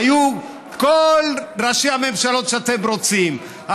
היו כל ראשי הממשלות שאתם רוצים.